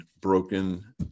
broken